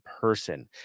person